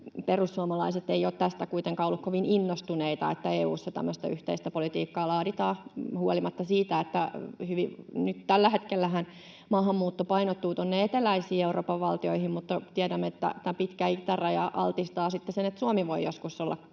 perussuomalaiset eivät ole kuitenkaan olleet kovin innostuneita tästä, että EU:ssa tämmöistä yhteistä politiikkaa laaditaan. Nyt tällä hetkellähän maahanmuutto painottuu tuonne eteläisiin Euroopan valtioihin, mutta tiedämme, että tämä pitkä itäraja altistaa sitten sille, että Suomi voi joskus olla